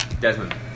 Desmond